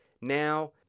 now